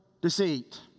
deceit